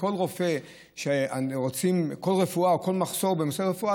וכל רופא או כל מחסור בנושא הרפואה,